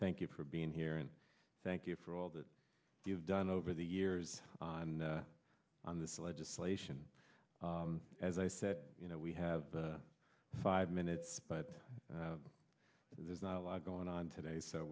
thank you for being here and thank you for all that you've done over the years and on this legislation as i said you know we have five minutes but there's not a lot going on today so